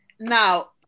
Now